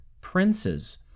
princes